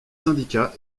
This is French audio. syndicats